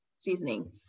seasoning